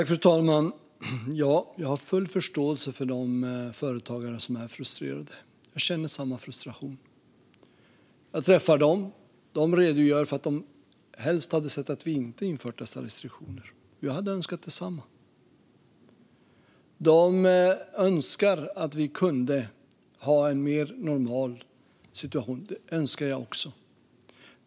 Fru talman! Jag har full förståelse för att företagare är frustrerade. Jag känner samma frustration. Jag träffar dem, och de redogör för att de helst hade sett att vi inte infört dessa restriktioner. Jag hade önskat detsamma. De önskar att vi kunde ha en mer normal situation. Det önskar jag också.